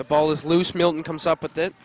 the ball is loose milton comes up with it